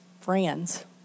friends